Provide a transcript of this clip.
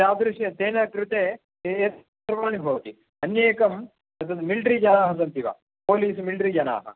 तादृशं तेन कृते ये यत् सुलभानि भवति अन्ये एकं एतद् मिल्ट्रि जनाः सन्ति वा पोलिस् मिल्ट्रिजनाः